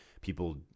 people